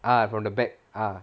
ah from the back ah